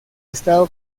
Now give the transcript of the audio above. estado